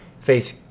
face